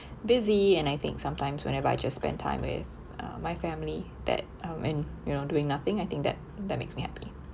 busy and I think sometimes whenever I just spend time with uh my family that uh when you know doing nothing I think that that makes me happy